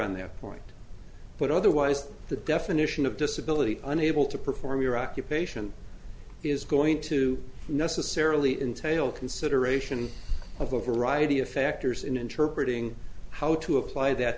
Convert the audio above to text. on that point but otherwise the definition of disability unable to perform your occupation is going to necessarily entail consideration of a variety of factors in interpretating how to apply that